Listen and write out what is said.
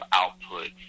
output